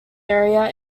area